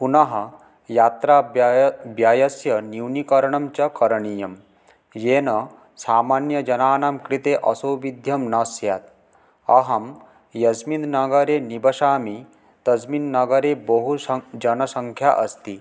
पुनः यात्राव्यय् व्ययस्य न्यूनीकरणञ्च करणीयं येन सामान्यजनानां कृते असौविध्यं न स्यात् अहं यस्मिन् नगरे निवसामि तस्मिन् नगरे बहुसंक् जनसंख्या अस्ति